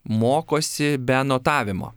mokosi be anotavimo